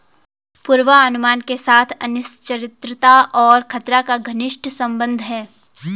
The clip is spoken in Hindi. पूर्वानुमान के साथ अनिश्चितता और खतरा का घनिष्ट संबंध है